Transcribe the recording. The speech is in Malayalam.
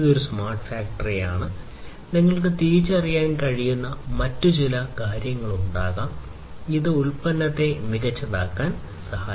ഇതൊരു സ്മാർട്ട് ഫാക്ടറിയാണ് നിങ്ങൾക്ക് തിരിച്ചറിയാൻ കഴിയുന്ന മറ്റ് ചില കാര്യങ്ങളുണ്ടാകാം ഇത് ഉൽപ്പന്നത്തെ മികച്ചതാക്കാൻ സഹായിക്കും